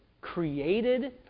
created